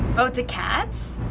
oh, do cats.